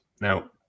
Now